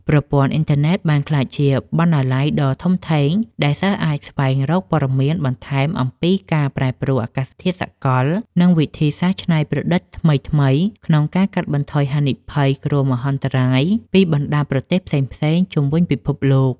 ប្រព័ន្ធអ៊ីនធឺណិតបានក្លាយជាបណ្ណាល័យដ៏ធំធេងដែលសិស្សអាចស្វែងរកមេរៀនបន្ថែមអំពីការប្រែប្រួលអាកាសធាតុសកល និងវិធីសាស្ត្រច្នៃប្រឌិតថ្មីៗក្នុងការកាត់បន្ថយហានិភ័យគ្រោះមហន្តរាយពីបណ្ដាប្រទេសផ្សេងៗជុំវិញពិភពលោក។